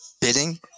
bidding